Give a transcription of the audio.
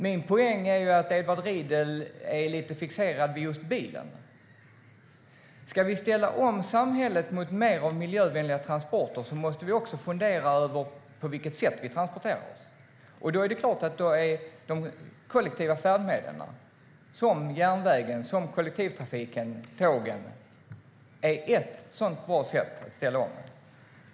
Min poäng är att Edward Riedl är lite fixerad vid just bilen. Om vi ska ställa om samhället till mer av miljövänliga transporter måste vi också fundera över på vilket sätt vi transporterar oss. Då är de kollektiva färdmedlen som järnvägen, tågen och kollektivtrafiken ett bra sätt att ställa om på.